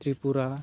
Tripura